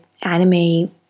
anime